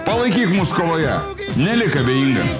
palaikyk mus kovoje nelik abejingas